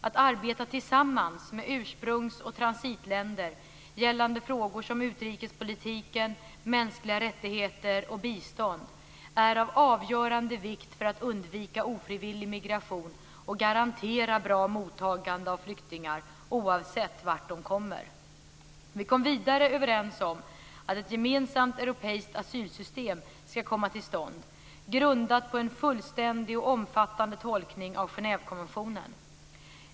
Att arbeta tillsammans med ursprungs och transitländer gällande frågor som utrikespolitiken, mänskliga rättigheter och bistånd är av avgörande vikt för att undvika ofrivillig migration och garantera bra mottagande av flyktingar, oavsett vart de kommer. Vi kom vidare överens om att ett gemensamt europeiskt asylsystem ska komma till stånd, grundat på en fullständig och omfattande tolkning av Genèvekonventionen.